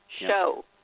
show